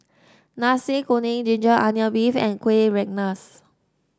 Nasi Kuning ginger onion beef and Kueh Rengas